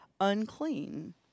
unclean